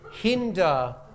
hinder